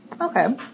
Okay